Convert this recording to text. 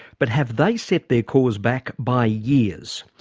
but have they set their cause back by years?